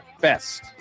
Best